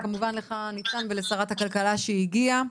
וכמובן לך, ניצן, ולשרת הכלכלה שהגיעה.